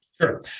Sure